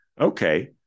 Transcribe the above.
Okay